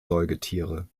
säugetiere